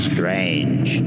Strange